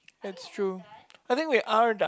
it's true I think we are that